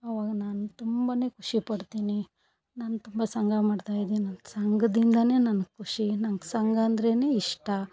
ಅವಾಗ ನಾನು ತುಂಬ ಖುಷಿಪಡ್ತಿನಿ ನಾನು ತುಂಬ ಸಂಘ ಮಾಡ್ತಾಯಿದ್ದೀನಿ ನನ್ನ ಸಂಘದಿಂದ ನಂಗೆ ಖುಷಿ ನಂಗೆ ಸಂಘ ಅಂದ್ರೇ ಇಷ್ಟ